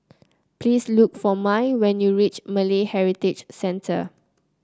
please look for Mai when you reach Malay Heritage Center